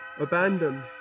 Abandon